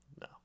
No